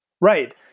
right